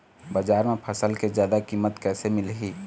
बजार म फसल के जादा कीमत कैसे मिलही?